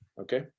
okay